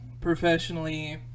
professionally